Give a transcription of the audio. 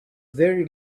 very